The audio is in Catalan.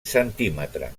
centímetre